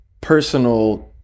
personal